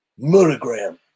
Murdergram